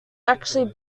actually